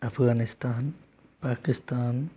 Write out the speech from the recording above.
Afghanistan Pakistan